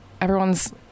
everyone's